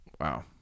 wow